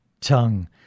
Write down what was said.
tongue